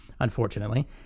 Unfortunately